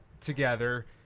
together